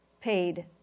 paid